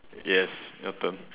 yes your turn